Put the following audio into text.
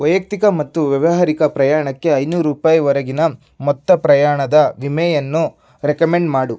ವೈಯಕ್ತಿಕ ಮತ್ತು ವ್ಯಾವಹರಿಕ ಪ್ರಯಾಣಕ್ಕೆ ಐನೂರು ರೂಪಾಯಿವರೆಗಿನ ಮೊತ್ತ ಪ್ರಯಾಣದ ವಿಮೆಯನ್ನು ರೆಕಮೆಂಡ್ ಮಾಡು